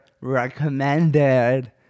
recommended